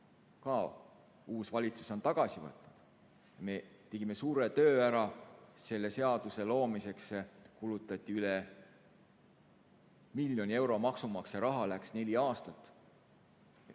ka uus valitsus on tagasi võtnud, me tegime suure töö ära. Selle seaduse loomiseks kulutati üle miljoni euro maksumaksja raha, läks neli aastat.